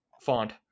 font